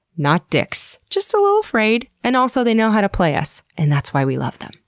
not dicks. just a little afraid. and also they know how to play us, and that's why we love them.